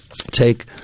take